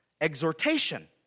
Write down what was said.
exhortation